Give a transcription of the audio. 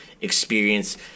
experience